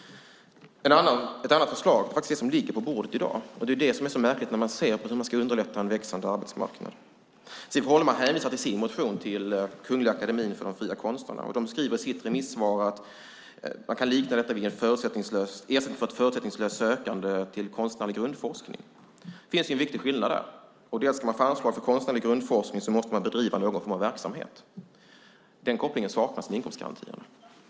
Ett annat förslag ligger på bordet i dag. Det är märkligt när man ser hur man ska underlätta en växande arbetsmarknad. Siv Holma hänvisar till sin motion, till Kungliga Akademien för de fria konsterna. De skriver i sitt remissvar att man kan likna detta vid en ersättning för ett förutsättningslöst sökande till konstnärlig grundforskning. Det finns en viktig skillnad där. För att få anslag för konstnärlig grundforskning måste man bedriva någon form av verksamhet. Den kopplingen saknas med inkomstgarantin.